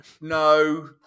No